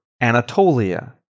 Anatolia